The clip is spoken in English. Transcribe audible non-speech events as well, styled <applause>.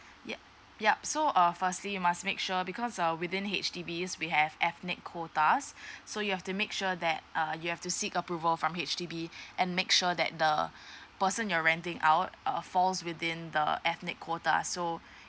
yup yup so uh firstly you must make sure because uh within H_D_B we have ethnic quota <breath> so you have to make sure that uh you have to seek approval from H_D_B <breath> and make sure that the <breath> person you're renting out uh falls within the ethnic quota so